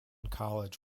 college